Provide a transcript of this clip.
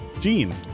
Gene